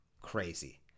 Crazy